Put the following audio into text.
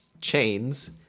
Chains